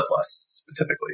specifically